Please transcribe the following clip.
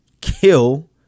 kill